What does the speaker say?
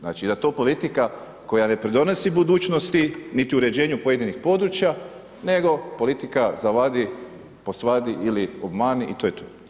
Znači da je to politika koja ne pridonosi budućnosti niti uređenju pojedinih područja nego politika zavadi, posvadi ili obmani i to je to.